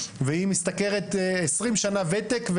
והיא משתכרת עשרים שנה ותק,